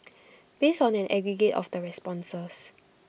based on an aggregate of the responses